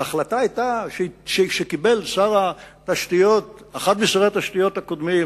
ההחלטה שקיבל אחד משרי התשתיות הקודמים,